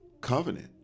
covenant